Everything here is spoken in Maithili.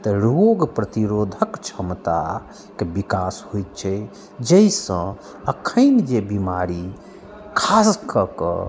तऽ रोग प्रतिरोधक क्षमताके विकास होइ छै जाहिसँ एखैन जे बिमारी खास कऽ कऽ